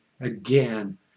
again